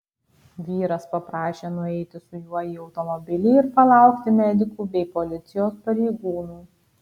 vyras paprašė nueiti su juo į automobilį ir palaukti medikų bei policijos pareigūnų